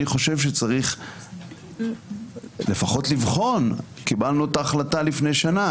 חושב שצריך לפחות לבחון - קיבלנו את החלטה לפני שנה